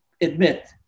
admit